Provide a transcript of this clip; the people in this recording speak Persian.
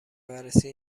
بررسی